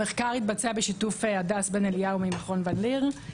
המחקר התבצע בשיתוף הדס בן אליהו ממכון ון-ליר.